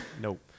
Nope